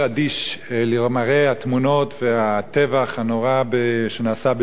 למראה התמונות והטבח הנורא שנעשה בסוריה,